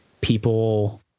people